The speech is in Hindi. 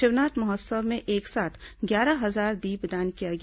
शिवनाथ महोत्सव में एक साथ ग्यारह हजार दीपदान किया गया